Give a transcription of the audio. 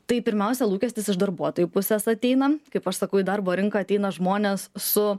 tai pirmiausia lūkestis iš darbuotojų pusės ateina kaip aš sakau į darbo rinką ateina žmonės su